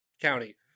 county